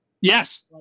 Yes